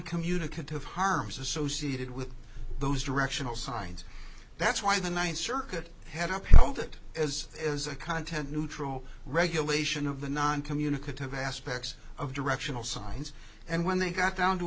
communicative harms associated with those directional signs that's why the ninth circuit had upheld it as it is a content neutral regulation of the non communicative aspects of directional signs and when they got down to